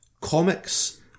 comics